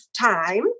time